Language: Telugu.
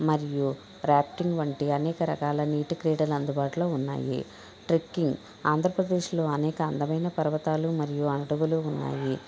మరియు ప్రాక్టింగ్ వంటి అనేక రకాల నీటి క్రీడలు అందుబాటులో ఉన్నాయి ట్రెక్కింగ్ ఆంధ్రప్రదేశ్లో అనేక అందమైన పర్వతాలు మరియు అనటవులు ఉన్నాయి